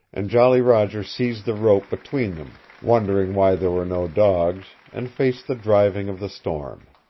and jolly roger seized the rope between them, wondering why there were no dogs, and faced the driving of the storm.